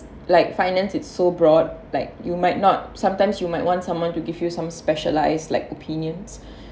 like finance it's so broad like you might not sometimes you might want someone to give you some specialised like opinions